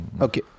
Okay